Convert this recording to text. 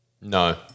No